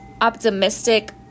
optimistic